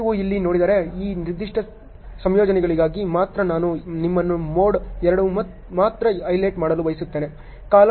ನೀವು ಇಲ್ಲಿ ನೋಡಿದರೆ ಈ ನಿರ್ದಿಷ್ಟ ಸಂಯೋಜನೆಗಳಿಗಾಗಿ ಮಾತ್ರ ನಾನು ನಿಮ್ಮನ್ನು ಮೋಡ್ 2 ನಲ್ಲಿ ಮಾತ್ರ ಹೈಲೈಟ್ ಮಾಡಲು ಬಯಸುತ್ತೇನೆ